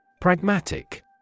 Pragmatic